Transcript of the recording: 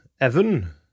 Evan